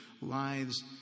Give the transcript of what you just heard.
lives